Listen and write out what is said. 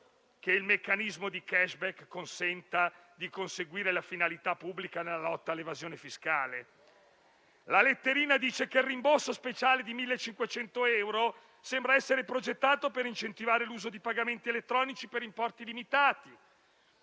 che il meccanismo di *cashback* consente di conseguire la finalità pubblica nella lotta all'evasione fiscale. La letterina dice che il rimborso speciale di 1.500 euro sembra essere progettato per incentivare l'uso di pagamenti elettronici per importi limitati,